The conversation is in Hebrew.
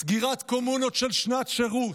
סגירת קומונות של שנת שירות,